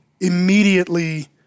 immediately